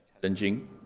challenging